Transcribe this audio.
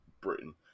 Britain